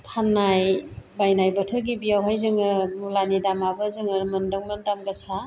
फाननाय बायनाय बोथोर गिबियावहाय जोङो मुलानि दामआबो जोङो मोन्दोंमोन दाम गोसा